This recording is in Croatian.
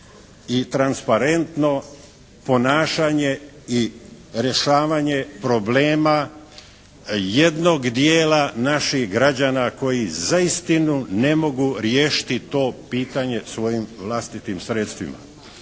i transparentno ponašanje i rješavanje problema jednog dijela naših građana koji za istinu ne mogu riješiti to pitanje svojim vlastitim sredstvima.